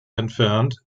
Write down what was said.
entfernt